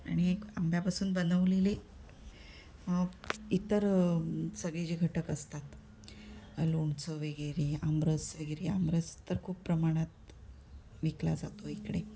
आणि एक आंब्यापासून बनवलेले इतर सगळे जे घटक असतात लोणचं वगैरे आमरस वगैरे आमरस तर खूप प्रमाणात विकला जातो इकडे